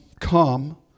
Come